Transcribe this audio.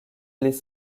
les